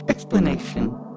Explanation